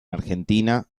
argentina